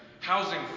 housing